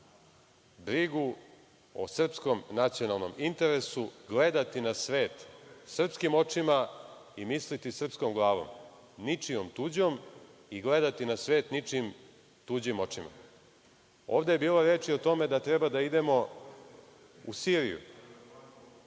brigu o srpskom nacionalnom interesu, gledati na svet srpskim očima i misliti srpskom glavom, ničijom tuđom i gledati na svet ničijim tuđim očima. Ovde je bilo reči o tome da treba da idemo u Siriju.